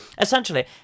Essentially